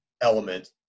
element